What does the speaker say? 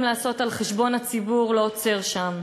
לעשות על חשבון הציבור לא עוצר שם.